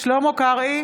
שלמה קרעי,